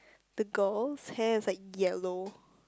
the girl's hair is like yellow